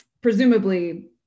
Presumably